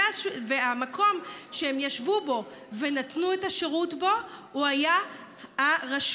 המקום שהם ישבו בו ונתנו בו את השירות היה הרשות.